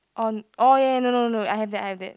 on orh ya ya no no no I have that I have that